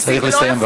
צריך לסיים,